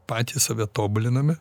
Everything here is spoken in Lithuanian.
patys save tobuliname